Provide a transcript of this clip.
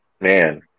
man